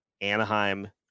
Anaheim